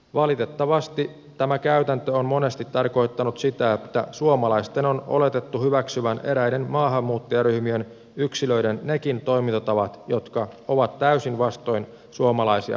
valitettavasti tämä käytäntö on monesti tarkoittanut sitä että suomalaisten on oletettu hyväksyvän eräiden maahanmuuttajaryhmien yksilöiden nekin toimintatavat jotka ovat täysin vastoin suomalaisia perusarvoja